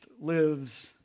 lives